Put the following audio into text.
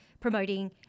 promoting